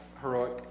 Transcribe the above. heroic